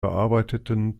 bearbeiteten